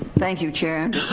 thank you chair, and